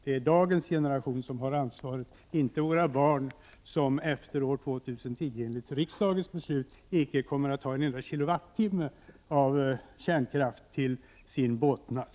Det är dagens generation som bär ansvaret, inte våra barn, som efter år 2010 enligt riksdagens beslut icke kommer att ha en enda kilowattimme av kärnkraften till sin båtnad.